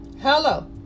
Hello